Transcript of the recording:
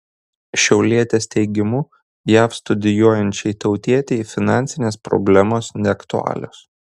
šiaulietės teigimu jav studijuojančiai tautietei finansinės problemos neaktualios